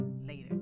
later